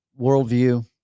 worldview